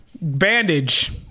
Bandage